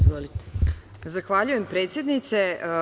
Zahvaljujem predsednice.